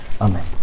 Amen